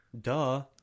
Duh